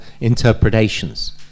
interpretations